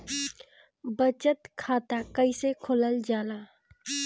बचत खाता कइसे खोलल जाला?